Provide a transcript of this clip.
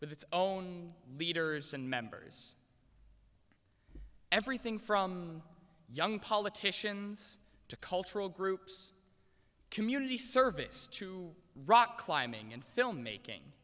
with its own leaders and members everything from young politicians to cultural groups community service to rock climbing and filmmaking